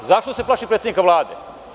Zašto da se plaši predsednika Vlade?